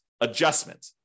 adjustment